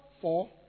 four